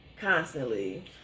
constantly